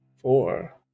four